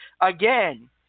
again